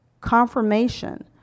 confirmation